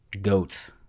goat